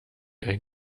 ein